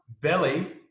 belly